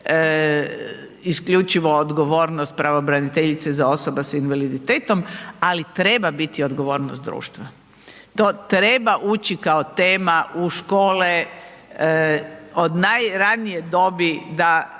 isključivo odgovornost pravobraniteljice za osobe s invaliditetom, ali treba biti odgovornost društva, to treba ući kao tema u škole od najranije dobi da